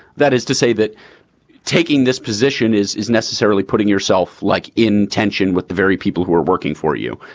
that is to say that taking this position is is necessarily putting yourself like in tension with the very people who are working for you,